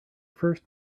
first